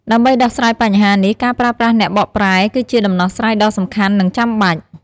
ដើម្បីដោះស្រាយបញ្ហានេះ ការប្រើប្រាស់អ្នកបកប្រែ គឺជាដំណោះស្រាយដ៏សំខាន់ និងចាំបាច់។